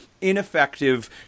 ineffective